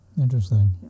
Interesting